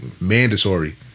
Mandatory